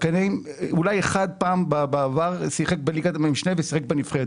אולי אחד בעבר שיחק בליגת המשנה ושיחק בנבחרת.